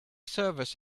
service